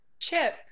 Chip